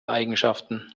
eigenschaften